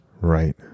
Right